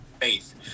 faith